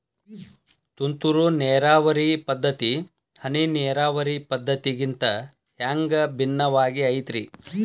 ತುಂತುರು ನೇರಾವರಿ ಪದ್ಧತಿ, ಹನಿ ನೇರಾವರಿ ಪದ್ಧತಿಗಿಂತ ಹ್ಯಾಂಗ ಭಿನ್ನವಾಗಿ ಐತ್ರಿ?